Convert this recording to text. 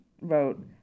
wrote